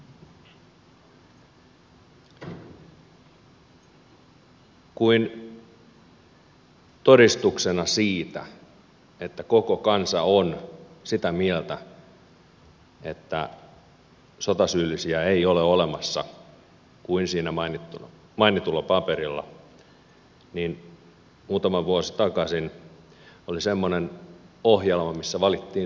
kuin todistuksena siitä että koko kansa on sitä mieltä että sotasyyllisiä ei ole olemassa kuin siinä mainitulla paperilla niin muutama vuosi takaisin oli semmoinen ohjelma missä valittiin suurinta suomalaista